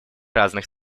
разных